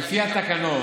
לפי התקנון,